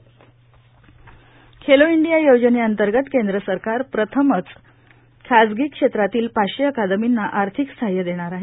Khelo India Khelo India योजने अंतर्गत केंद्र सरकार प्रथमच खासगी क्षेत्रातील पाचशे अकादमींना आर्थिक सहाय्य देणार आहे